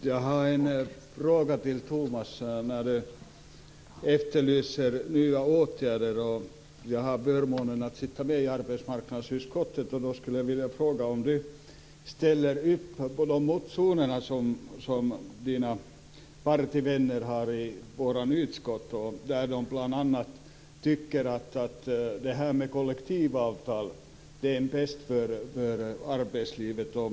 Fru talman! Tomas Högström efterlyser nya åtgärder. Själv har jag förmånen att sitta med i arbetsmarknadsutskottet. Jag skulle vilja fråga om Tomas Högström ställer upp på de motioner som hans partivänner har väckt i vårt utskott. Bl.a. tycker de att det här med kollektivavtal är pest för arbetslivet.